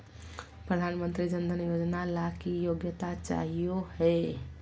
प्रधानमंत्री जन धन योजना ला की योग्यता चाहियो हे?